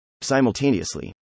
Simultaneously